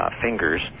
fingers